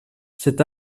cet